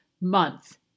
month